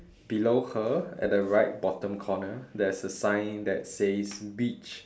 below her at the right bottom corner there's a sign that says beach